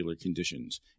conditions